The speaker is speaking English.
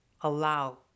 allow